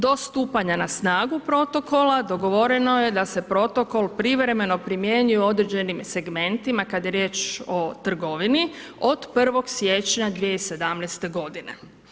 Do stupanja na snagu protokola dogovoreno je da se protokol privremeno primjenjuje u određenim segmentima kada je riječ o trgovini od 1. siječnja 2017. godine.